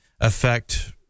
affect